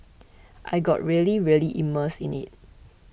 I got really really immersed in it